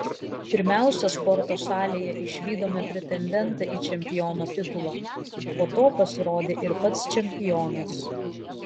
pirmiausia sporto salėje išvydome pretendentą į čempiono titulą po to pasirodė ir pats čempionas